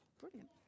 brilliant